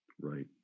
right